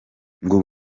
ngo